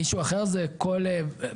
מישהו אחר זה כל מספק.